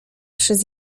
przez